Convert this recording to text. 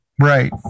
Right